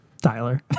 Tyler